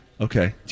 Okay